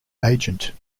agent